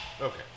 okay